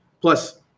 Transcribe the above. Plus